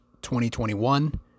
2021